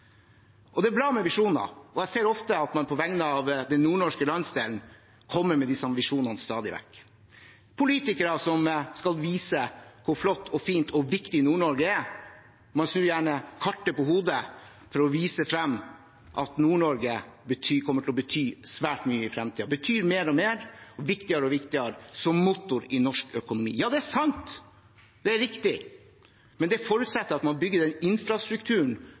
Det er bra med visjoner, og jeg ser at man på vegne av den nordnorske landsdelen kommer med disse visjonene stadig vekk – politikere som skal vise hvor flott, fint og viktig Nord-Norge er. Man snur gjerne kartet på hodet for å vise frem at Nord-Norge kommer til å bety svært mye i fremtiden – bety mer og mer og bli viktigere og viktigere som motor i norsk økonomi. Ja, det er sant og riktig, men det forutsetter at man bygger den infrastrukturen